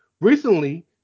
recently